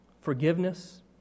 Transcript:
forgiveness